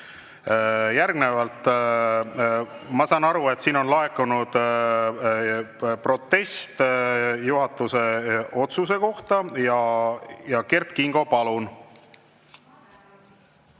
Järgnevalt, ma saan aru, on laekunud protest juhatuse otsuse kohta. Kert Kingo, palun!